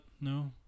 no